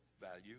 value